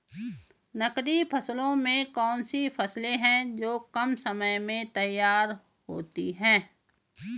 नकदी फसलों में कौन सी फसलें है जो कम समय में तैयार होती हैं?